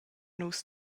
nus